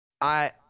I-